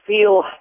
feel